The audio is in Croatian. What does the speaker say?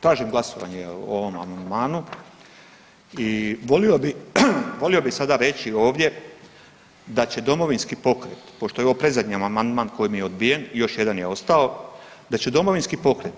Tražim glasovanje o ovom amandmanu i volio bih sada reći ovdje da će Domovinski pokret pošto je ovo predzadnji amandman koji mi je odbijen i još jedan je ostao, da će Domovinski pokret